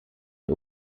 der